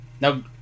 Now